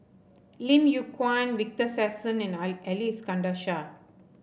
Lim Yew Kuan Victor Sassoon and Ai Ali Iskandar Shah